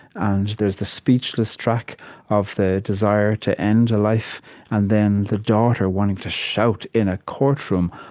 and there's the speechless track of the desire to end a life and then the daughter wanting to shout in a courtroom,